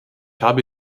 habe